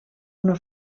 una